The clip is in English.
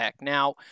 now